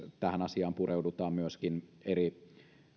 tähän asiaan pureudutaan myöskin eri